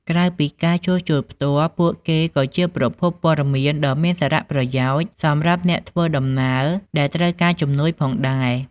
ក្រៅពីការជួសជុលផ្ទាល់ ពួកគេក៏ជាប្រភពព័ត៌មានដ៏មានសារៈប្រយោជន៍សម្រាប់អ្នកធ្វើដំណើរដែលត្រូវការជំនួយផងដែរ។